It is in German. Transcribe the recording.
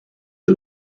der